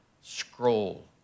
scroll